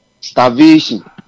starvation